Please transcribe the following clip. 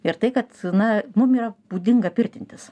ir tai kad na mum yra būdinga pirtintis